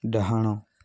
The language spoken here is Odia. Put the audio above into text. ଡାହାଣ